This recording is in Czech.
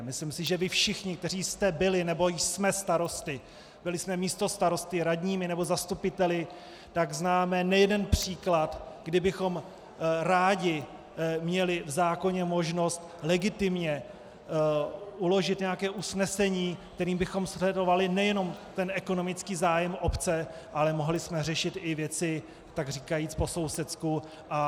Myslím si, že vy všichni, kteří jste byli nebo jsme starosty, byli jsme místostarosty, radními nebo zastupiteli, známe nejeden příklad, kdy bychom rádi měli v zákoně možnost legitimně uložit nějaké usnesení, kterým bychom sledovali nejen ekonomický zájem obce, ale mohli jsme řešit i věci takříkajíc po sousedsku.